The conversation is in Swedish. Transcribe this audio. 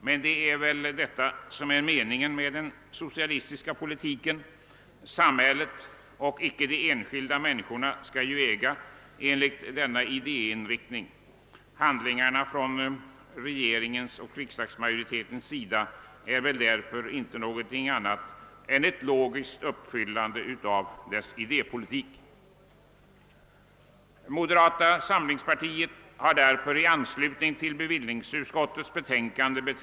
Men det är väl detta som är meningen med den socialistiska politiken. Samhället, inte de enskilda människorna, skall ju enligt denna idériktning äga tillgångar. Regeringens handlande är väl därför inte något annat än ett logiskt uppfyllande av denna. idé politik.